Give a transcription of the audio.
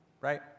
right